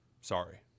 sorry